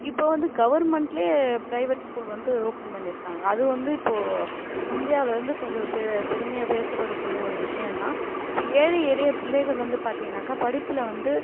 இப்போ வந்து கவர்மெண்ட்டிலே பிரைவேட் ஸ்கூல் வந்து ஓப்பன் பண்ணியிருக்காங்க அது வந்து இப்போது இந்தியாவில் வந்து கொஞ்சம் பெ பெருமையாக பேசப்படக்கூடிய ஒரு விஷயம்தான் இப்போ ஏழை எளிய பிள்ளைகள் வந்து பார்த்தீங்கன்னாக்கா படிப்பில் வந்து